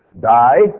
die